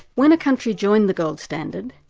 when a country joined the gold standard,